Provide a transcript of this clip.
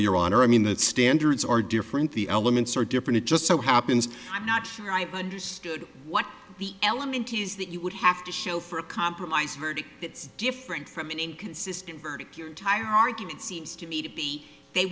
honor i mean that standards are different the elements are different just so happens i'm not sure i understood what the element is that you would have to show for a compromise verdict it's different from an inconsistent verdict your entire argument seems to me to be they